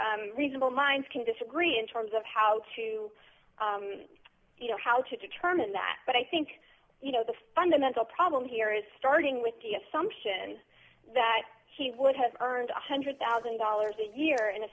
reasonable minds can disagree in terms of how to you know how to determine that but i think you know the fundamental problem here is starting with the assumption that she would have earned one hundred thousand dollars a year in a